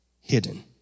hidden